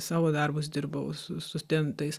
savo darbus dirbau su studentais